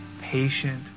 patient